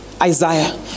Isaiah